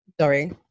Sorry